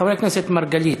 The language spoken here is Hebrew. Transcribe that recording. חבר הכנסת מרגלית,